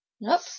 Nope